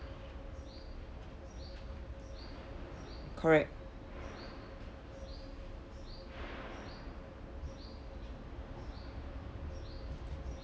correct